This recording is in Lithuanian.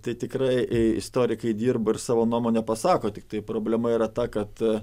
tai tikrai istorikai dirba ir savo nuomonę pasako tiktai problema yra ta kad